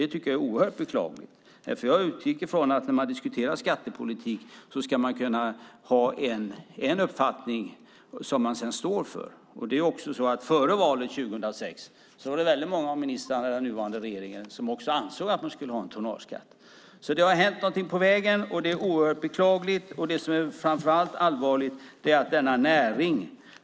Det tycker jag är oerhört beklagligt. Jag utgår ifrån att när man diskuterar skattepolitik ska man kunna ha en uppfattning som man sedan står för. Före valet 2006 var det väldigt många av ministrarna i den nuvarande regeringen som ansåg att man skulle ha en tonnageskatt. Det har hänt någonting på vägen, och det är oerhört beklagligt.